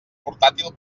portàtil